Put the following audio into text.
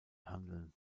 handeln